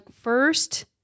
first